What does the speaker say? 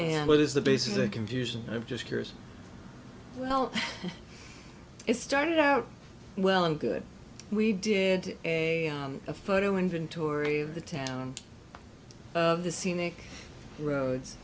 and what is the basis of confusion i'm just curious well it started out well and good we did a photo inventory of the town of the scenic roads